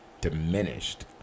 diminished